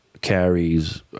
carries